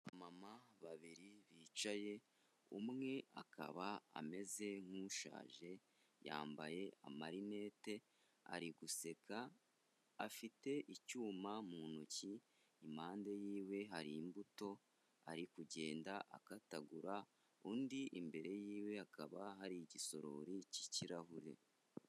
Aba mama babiri bicaye ,umwe akaba ameze nk'ushaje yambaye amarinete ari guseka ,afite icyuma mu ntoki, impande y'iwe hari imbuto ari kugenda akatagura, undi imbere y'iwe hakaba hari igisorori cy'ikirahure.